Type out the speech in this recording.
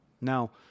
Now